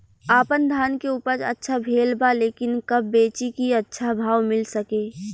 आपनधान के उपज अच्छा भेल बा लेकिन कब बेची कि अच्छा भाव मिल सके?